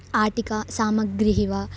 आतिका सामग्रिः वा